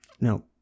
No